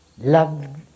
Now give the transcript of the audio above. love